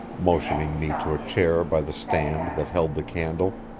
motioning me to a chair by the stand that held the candle.